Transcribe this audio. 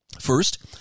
First